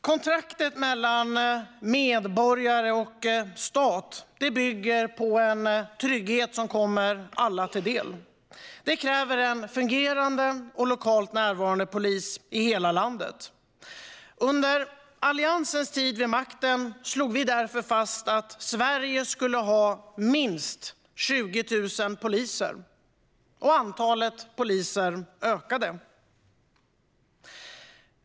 Kontraktet mellan medborgare och stat bygger på en trygghet som kommer alla till del. Det kräver en fungerade och lokalt närvarande polis i hela landet. Under Alliansens tid vid makten slog vi därför fast att Sverige skulle ha minst 20 000 poliser, och antalet poliser ökade.